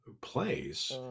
place